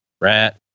Rat